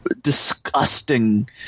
disgusting